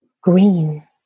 Green